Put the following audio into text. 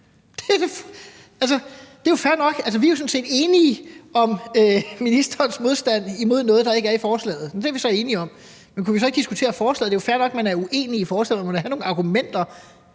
vi er jo sådan set enige i ministerens modstand imod noget, der ikke er i forslaget. Det er vi så enige om, men kunne vi så ikke diskutere lovforslaget? Det er jo fair nok, at man er uenig i forslaget, men man må da have nogle argumenter.